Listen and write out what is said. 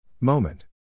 Moment